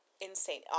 insane